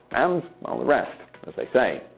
and the rest, as they say,